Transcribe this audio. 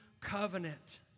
covenant